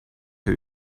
who